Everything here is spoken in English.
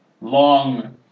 long